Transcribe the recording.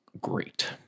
great